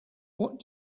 what